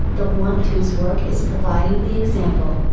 the one whose work is providing the example,